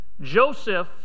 Joseph